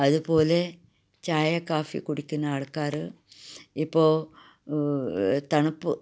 അത്പോലെ ചായ കോഫി കുടിക്കുന്ന ആൾക്കാറ് ഇപ്പോൾ തണ്പ്പ്